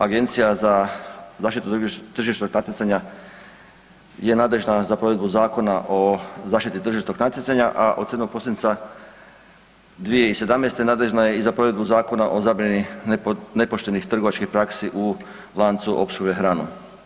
Agencija za zaštitu tržišnog natjecanja je nadležna za provedbu Zakona o zaštiti tržišnog natjecanja, a od 7. prosinca 2017. nadležna je i za provedbu Zakona o zabrani nepoštenih trgovačkih praksi u lancu opskrbe hranom.